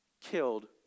killed